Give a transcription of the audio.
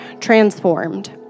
transformed